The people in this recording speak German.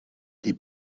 die